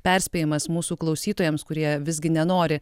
perspėjimas mūsų klausytojams kurie visgi nenori